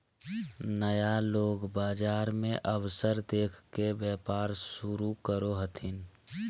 नया लोग बाजार मे अवसर देख के व्यापार शुरू करो हथिन